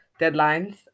deadlines